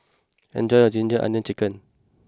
enjoy your Ginger Onions Chicken